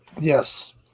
Yes